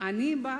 / אני בארץ,